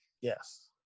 Yes